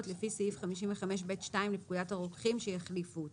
לפי סעיף 55ב(2) לפקודת הרוקחים שיחליפו אותן.